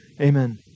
Amen